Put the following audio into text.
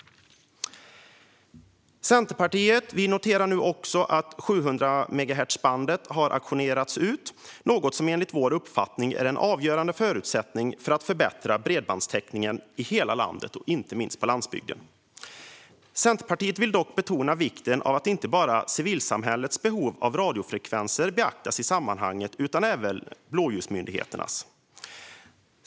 Centerpartiet noterar nu också att 700-megahertzbandet har auktionerats ut, något som enligt vår uppfattning är en avgörande förutsättning för att förbättra bredbandstäckningen i hela landet och inte minst på landsbygden. Vi vill dock betona vikten av att inte bara civilsamhällets behov av radiofrekvenser beaktas i sammanhanget utan även blåljusmyndigheternas.